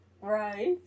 Right